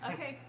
Okay